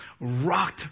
rocked